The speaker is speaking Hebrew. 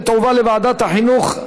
ותועבר לוועדת החינוך,